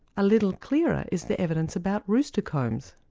a little clearer is the evidence about rooster combs,